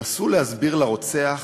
נסו להסביר לרוצח